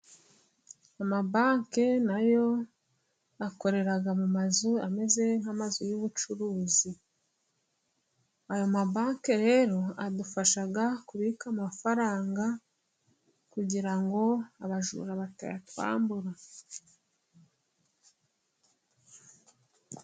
Amabanki nayo akorera mu mazu ameze nk'amazu y'ubucuruzi. Ayo mabanke rero adufasha kubika amafaranga kugira ngo abajura batayatwambura.